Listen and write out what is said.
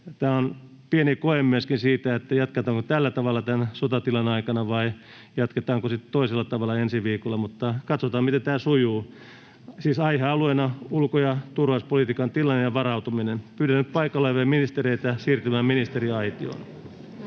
Tämä on pieni koe myöskin siitä, jatketaanko tällä tavalla tämän sotatilan aikana vai jatketaanko sitten toisella tavalla ensi viikolla, eli katsotaan miten tämä sujuu. Siis aihealueena on ulko- ja turvallisuuspolitiikan tilanne ja varautuminen. Pyydän nyt paikalla olevia ministereitä siirtymään ministeriaitioon,